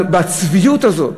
הצביעות הזאת,